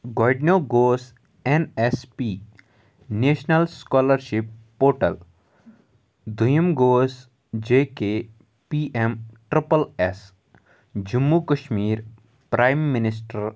گۄڈٕنیُک گوس N S P national scholarship portal دۄیِم گوس J K P M triple S Jammu Kashmir prime minister